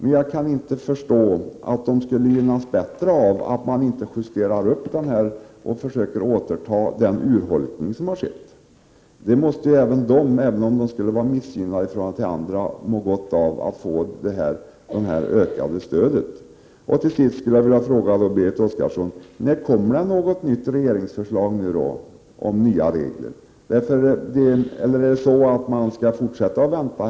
Men jag kan inte förstå att de skulle gynnas mer av att man inte gör en uppjustering och försöker ta igen den urholkning som har skett. Även om vissa organisationer har missgynnats i förhållande till andra, skulle de må gott av att få detta ökade stöd. Till sist vill jag fråga Berit Oscarsson: Kommer det något nytt regeringsförslag om nya regler? Eller skall man fortsätta att vänta?